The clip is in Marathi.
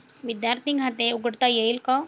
विद्यार्थी खाते उघडता येईल का?